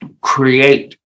create